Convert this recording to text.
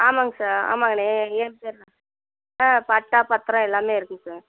ஆமாம்ங்க சார் ஆமாம்ங்கண்ணே என் பேர் தான் ஆ பட்டா பத்திரம் எல்லாமே இருக்குதுங்க சார்